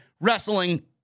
wrestling